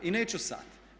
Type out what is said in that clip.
I neću sada.